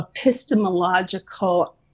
epistemological